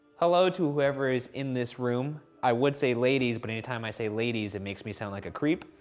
hello to whoever is in this room. i would say ladies, but any time i say ladies, it makes me sound like a creep.